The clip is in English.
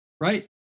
right